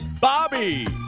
Bobby